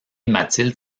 mathilde